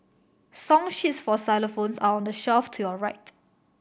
song sheets for xylophones are on the shelf to your right